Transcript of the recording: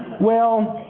well,